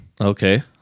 Okay